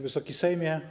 Wysoki Sejmie!